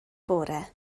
bore